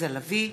עליזה לביא,